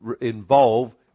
involve